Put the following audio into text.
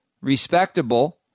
respectable